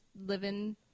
living